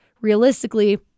realistically